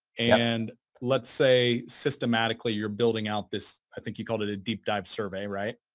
and let's say systematically, you're building out this, i think you called it a deep dive survey, right?